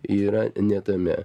yra ne tame